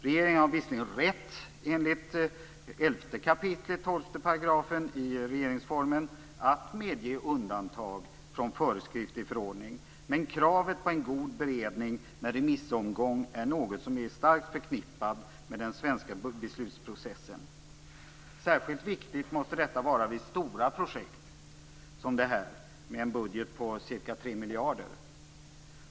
Regeringen har visserligen rätt, enligt 11 kap. 12 § regeringsformen, att medge undantag från föreskrift i förordning, men kravet på en god beredning med remissomgång är något som är starkt förknippat med den svenska beslutsprocessen. Särskilt viktigt måste detta vara vid stora projekt, som det här, med en budget på ca 3 miljarder.